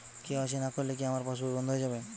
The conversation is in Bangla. কে.ওয়াই.সি না করলে কি আমার পাশ বই বন্ধ হয়ে যাবে?